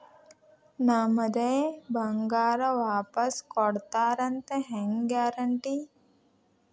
ನಮ್ಮದೇ ಬಂಗಾರ ವಾಪಸ್ ಕೊಡ್ತಾರಂತ ಹೆಂಗ್ ಗ್ಯಾರಂಟಿ?